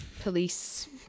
police